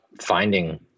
finding